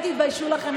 אתם תתביישו לכם,